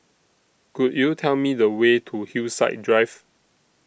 Could YOU Tell Me The Way to Hillside Drive